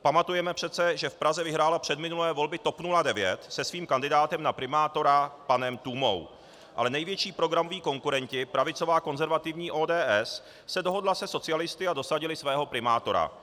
Pamatujeme přece, že v Praze vyhrála předminulé volby TOP 09 se svým kandidátem na primátora panem Tůmou, ale největší programoví konkurenti, pravicová konzervativní ODS, se dohodli se socialisty a dosadili svého primátora.